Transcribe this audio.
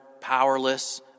powerless